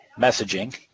messaging